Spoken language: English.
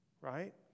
right